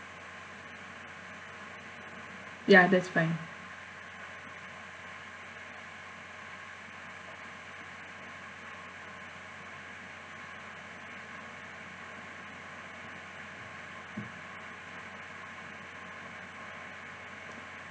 ya that's fine